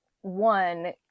one